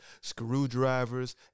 screwdrivers